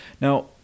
Now